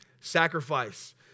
Sacrifice